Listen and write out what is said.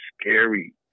scary